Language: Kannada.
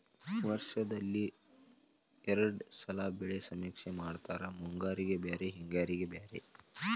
ವರ್ಷದಲ್ಲಿ ಎರ್ಡ್ ಸಲಾ ಬೆಳೆ ಸಮೇಕ್ಷೆ ಮಾಡತಾರ ಮುಂಗಾರಿಗೆ ಬ್ಯಾರೆ ಹಿಂಗಾರಿಗೆ ಬ್ಯಾರೆ